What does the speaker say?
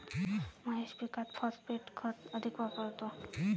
महेश पीकात फॉस्फेट खत अधिक वापरतो